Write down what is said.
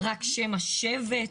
רק שם השבט,